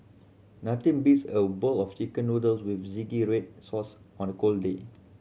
nothing beats a bowl of Chicken Noodles with zingy red sauce on a cold day